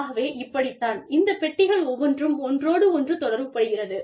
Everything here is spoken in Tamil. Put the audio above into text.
ஆகவே இப்படித் தான் இந்த பெட்டிகள் ஒவ்வொன்றும் ஒன்றோடொன்று தொடர்புபடுகிறது